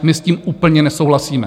My s tím úplně nesouhlasíme.